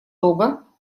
того